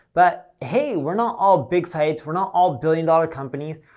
but, hey, we're not all big sites, we're not all billion-dollar companies.